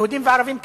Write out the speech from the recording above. יהודים וערבים כאחד,